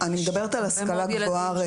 ילדים --- אני מדברת על השכלה גבוהה.